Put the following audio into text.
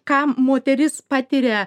ką moteris patiria